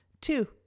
Two